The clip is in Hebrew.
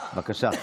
בבקשה.